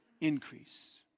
increase